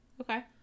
Okay